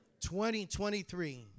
2023